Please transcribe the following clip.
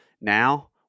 Now